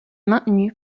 maintenu